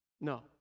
No